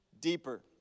Deeper